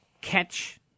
catch